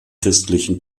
christlichen